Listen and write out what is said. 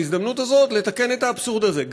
בהזדמנות הזאת לתקן את האבסורד הזה.